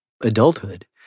adulthood